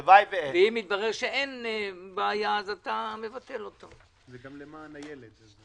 אם יתברר שאם אין בעיה אז אתה תבטל את הרביזיה.